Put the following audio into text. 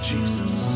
Jesus